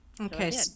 Okay